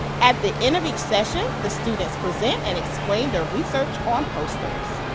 at the end of each session the students present and explain their research on posters.